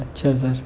اچھا سر